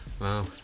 wow